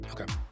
Okay